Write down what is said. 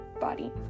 body